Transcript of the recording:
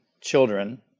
children